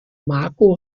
marco